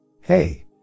Hey